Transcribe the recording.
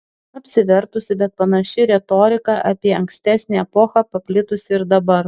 apsivertusi bet panaši retorika apie ankstesnę epochą paplitusi ir dabar